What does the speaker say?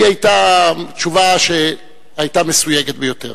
היא היתה תשובה מסויגת ביותר.